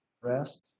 rest